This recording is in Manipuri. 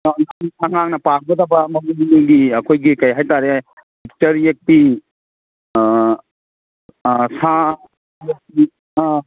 ꯑꯥ ꯑꯉꯥꯡꯅ ꯄꯥꯝꯒꯗꯕ ꯑꯃꯃꯒꯤ ꯑꯩꯈꯣꯏꯒꯤ ꯀꯔꯤ ꯍꯥꯏꯇꯔꯦ ꯄꯤꯛꯆꯔ ꯌꯦꯛꯄꯤ ꯑꯥ ꯑꯥ ꯁꯥ ꯎꯝ